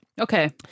Okay